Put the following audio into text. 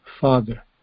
father